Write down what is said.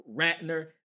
Ratner